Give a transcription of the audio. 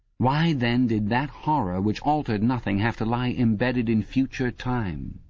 why then did that horror, which altered nothing, have to lie embedded in future time?